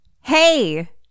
hey